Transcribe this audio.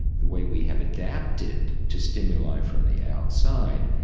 the way we have adapted to stimuli from the outside,